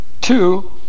Two